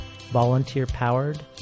Volunteer-powered